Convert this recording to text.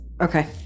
Okay